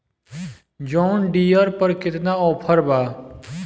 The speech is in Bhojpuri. जॉन डियर पर केतना ऑफर बा?